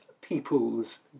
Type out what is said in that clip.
people's